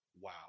wow